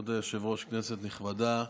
כבוד היושב-ראש, כנסת נכבדה,